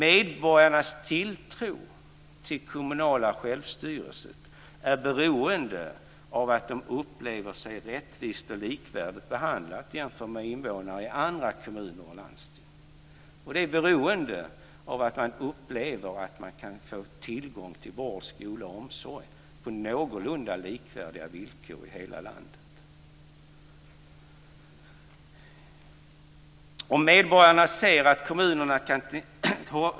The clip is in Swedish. Medborgarnas tilltro till det kommunala självstyret är beroende av att de upplever sig rättvist och likvärdigt behandlade jämfört med invånarna i andra kommuner och landsting. Det är beroende av att de upplever att de kan få tillgång till vård, skola och omsorg på någorlunda likvärdiga villkor i hela landet.